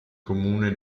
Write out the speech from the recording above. comune